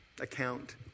account